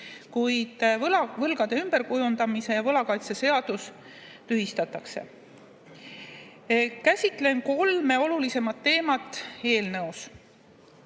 kuid võlgade ümberkujundamise ja võlakaitse seadus tühistatakse. Käsitlen kolme olulisemat teemat eelnõus.